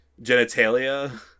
genitalia